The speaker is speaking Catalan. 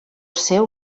seu